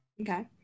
Okay